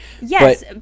Yes